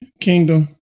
Kingdom